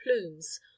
plumes